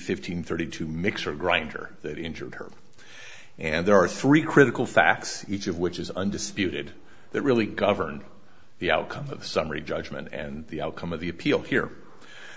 fifteen thirty two mixer grinder that injured her and there are three critical facts each of which is undisputed that really govern the outcome of summary judgment and the outcome of the appeal here